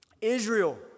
Israel